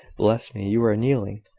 bless me! you are kneeling.